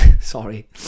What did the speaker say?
Sorry